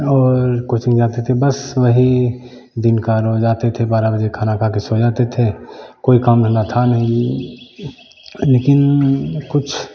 और कोचिंग जाते थे बस वही दिन का रोज़ आते थे बारह बजे खाना खा कर सो जाते थे कोई काम धंधा था नहीं लेकिन कुछ